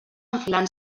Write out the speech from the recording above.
enfilant